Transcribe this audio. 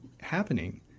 happening